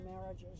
marriages